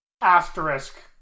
Asterisk